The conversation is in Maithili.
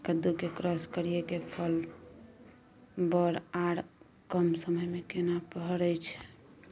कद्दू के क्रॉस करिये के फल बर आर कम समय में केना फरय छै?